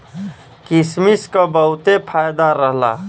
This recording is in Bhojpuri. किसमिस क बहुते फायदा रहला